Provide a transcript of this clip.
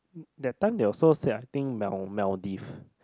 that time they also said I think mal~ Maldives